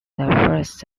first